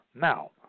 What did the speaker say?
Now